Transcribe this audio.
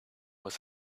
was